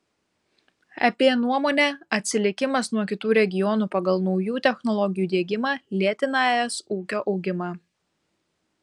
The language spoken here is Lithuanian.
ep nuomone atsilikimas nuo kitų regionų pagal naujų technologijų diegimą lėtina es ūkio augimą